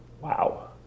wow